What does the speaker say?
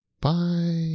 Bye